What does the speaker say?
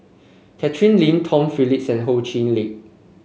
Catherine Lim Tom Phillips and Ho Chee Lick